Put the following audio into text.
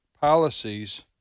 policies